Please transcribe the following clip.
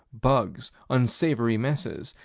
bugs, unsavory messes,